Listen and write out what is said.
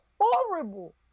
horrible